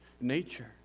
nature